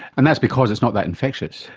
and that's because it's not that infectious.